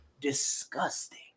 disgusting